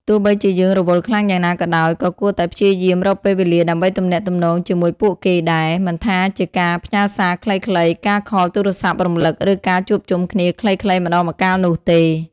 ទោះបីជាយើងរវល់ខ្លាំងយ៉ាងណាក៏ដោយ ក៏គួរតែព្យាយាមរកពេលវេលាដើម្បីទំនាក់ទំនងជាមួយពួកគេដែរ មិនថាជាការផ្ញើសារខ្លីៗ ការខលទូរស័ព្ទរំលឹក ឬការជួបជុំគ្នាខ្លីៗម្តងម្កាលនោះទេ។